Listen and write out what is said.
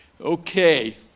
Okay